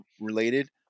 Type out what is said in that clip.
related